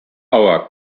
our